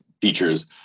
features